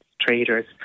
traders